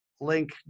link